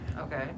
Okay